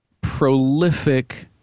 prolific